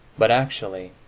but actually,